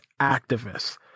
activists